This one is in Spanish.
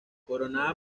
coronada